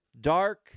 Dark